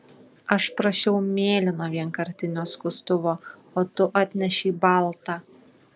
aš prašiau mėlyno vienkartinio skustuvo o tu atnešei baltą